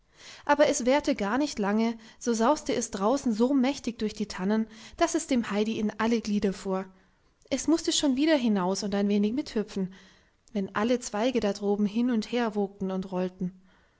aber es währte gar nicht lange so sauste es draußen so mächtig durch die tannen daß es dem heidi in alle glieder fuhr es mußte schon wieder hinaus und ein wenig mithüpfen wenn alle zweige da droben hin und her wogten und rollten